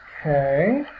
Okay